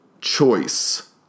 choice